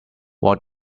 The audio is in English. what